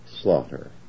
slaughter